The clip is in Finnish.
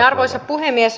arvoisa puhemies